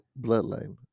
bloodline